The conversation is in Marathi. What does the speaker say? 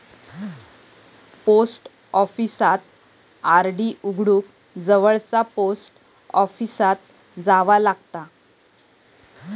पोस्ट ऑफिसात आर.डी उघडूक जवळचा पोस्ट ऑफिसात जावा लागता